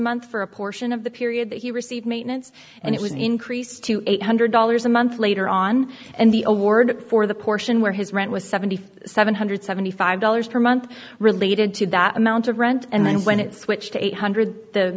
month for a portion of the period that he received maintenance and it was increased to eight hundred dollars a month later on and the award for the portion where his rent was seventy seven hundred seventy five dollars per month related to that amount of rent and then when it switched to eight hundred the